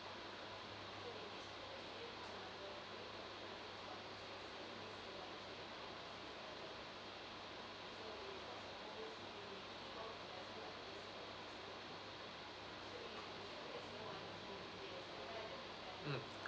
mm